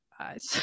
eyes